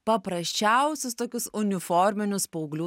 paprasčiausius tokius uniforminius paauglių